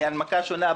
מהנמקה שונה,